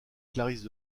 clarisses